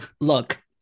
Look